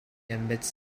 admits